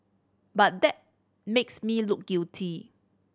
but that makes me look guilty